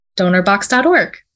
DonorBox.org